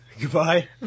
goodbye